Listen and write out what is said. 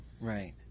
right